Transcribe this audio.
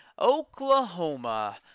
Oklahoma